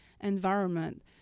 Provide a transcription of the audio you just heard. environment